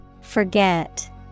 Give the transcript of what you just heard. Forget